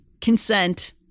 consent